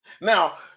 now